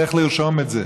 איך לרשום את זה.